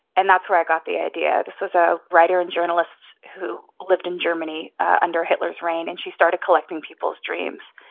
and that's where i got the idea. this was a writer and journalist who lived in germany under hitler's reign, and she started collecting people's dreams.